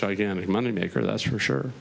gigantic moneymaker that's for sure